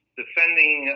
defending